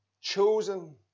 chosen